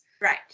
Right